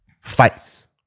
fights